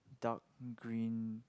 dark green